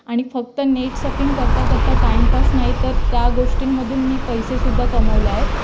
आणि फक्त net surfing करता करता टाइमपास नाही तर त्या गोष्टींमधून मी पैसेसुद्धा कमवले आहेत